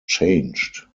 changed